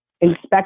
inspect